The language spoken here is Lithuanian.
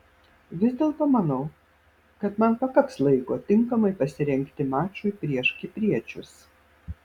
vis dėlto manau kad man pakaks laiko tinkamai pasirengti mačui prieš kipriečius